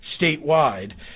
statewide